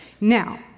Now